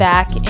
Back